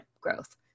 growth